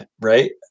Right